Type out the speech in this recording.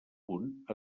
punt